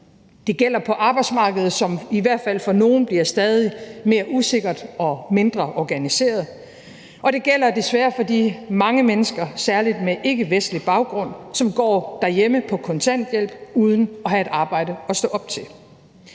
Det gælder på arbejdsmarkedet, som i hvert fald for nogle bliver stadig mere usikkert og mindre organiseret, og det gælder desværre for de mange mennesker, særlig med ikkevestlig baggrund, som går derhjemme på kontanthjælp uden at have et arbejde at stå op til.